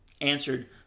answered